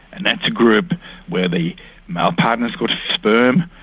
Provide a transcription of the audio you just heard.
and that's a group where the male partner has got sperm,